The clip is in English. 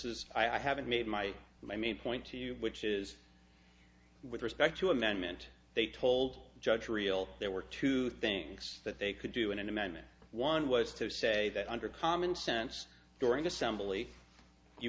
is i haven't made my my main point to you which is with respect to amendment they told judge real there were two things that they could do in an amendment one was to say that under common sense during assembly you